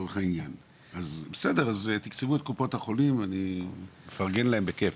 אז בסדר תקצבו את קופות החולים אני מפרגן להם בכיף.